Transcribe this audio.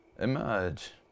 emerge